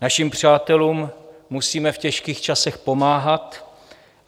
Našim přátelům musíme v těžkých časech pomáhat,